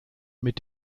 mit